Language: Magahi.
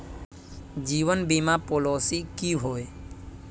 जीवन बीमा पॉलिसी की होय?